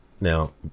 Now